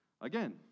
Again